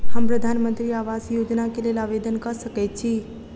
हम प्रधानमंत्री आवास योजना केँ लेल आवेदन कऽ सकैत छी?